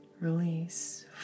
release